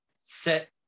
set